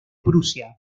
prusia